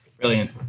Brilliant